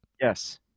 Yes